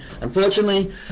unfortunately